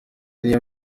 niyo